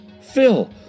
Phil